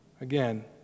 again